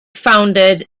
founded